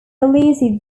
elusive